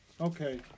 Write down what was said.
Okay